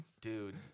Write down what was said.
Dude